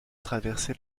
traversé